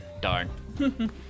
Darn